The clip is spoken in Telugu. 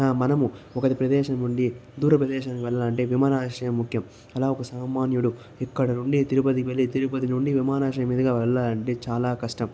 మనము ఒక ప్రదేశం నుండి దూర ప్రదేశానికి వెళ్లాలంటే విమానాశ్రయం ముఖ్యం అలా ఒక సామాన్యుడు ఇక్కడ నుండి తిరుపతి వెళ్లే తిరుపతి నుండి విమానాశ్రయం మీదుగా వెళ్లాలంటే చాలా కష్టం